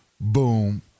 Boom